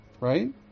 right